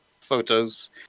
photos